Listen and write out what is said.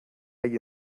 hay